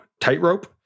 tightrope